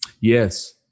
Yes